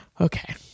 okay